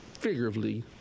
figuratively